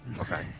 Okay